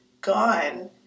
gone